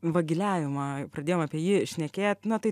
vagiliavimą pradėjom apie jį šnekėt na tai